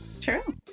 True